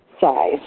size